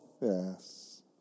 Yes